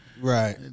Right